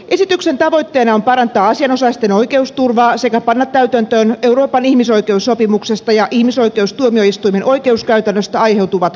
esityksen tavoitteena on parantaa asianosaisten oikeusturvaa sekä panna täytäntöön euroopan ihmisoikeussopimuksesta ja ihmisoikeustuomioistuimen oikeuskäytännöstä aiheutuvat velvoitteet